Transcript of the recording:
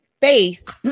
faith